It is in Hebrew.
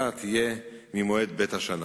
והשנה הזאת היא שנה שחורה מבחינת הטעויות במבחני הבגרות.